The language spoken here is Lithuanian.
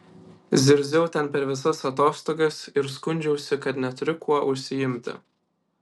zirziau ten per visas atostogas ir skundžiausi kad neturiu kuo užsiimti